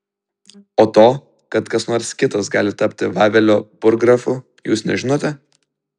o to kad kas nors kitas gali tapti vavelio burggrafu jūs nežinote